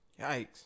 Yikes